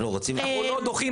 אנחנו לא דוחים אף אחד.